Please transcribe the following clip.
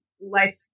life